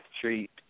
treat